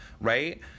right